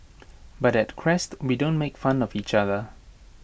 but at Crest we don't make fun of each other